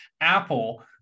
Apple